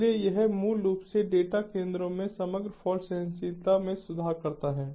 इसलिए यह मूल रूप से डेटा केंद्रों में समग्र फाल्ट सहनशीलता में सुधार करता है